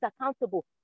accountable